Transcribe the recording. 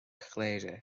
chléire